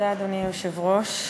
אדוני היושב-ראש,